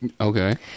Okay